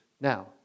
Now